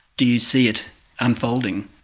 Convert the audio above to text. do you see it unfolding?